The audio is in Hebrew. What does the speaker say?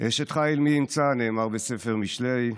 אשת חיל מי ימצא, נאמר בספר משלי.